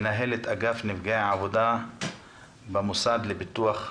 מנהלת אגף נפגעי עבודה במוסד לביטוח לאומי,